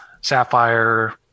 sapphire